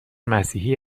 مسیحی